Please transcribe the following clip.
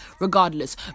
regardless